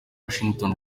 washington